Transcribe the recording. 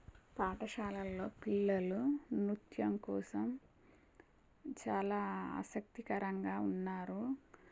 పాఠశాలల్లో పిల్లలు నుత్యం కోసం చాలా ఆసక్తికరంగా ఉన్నారు